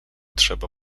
trzeba